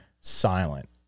silent